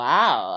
Wow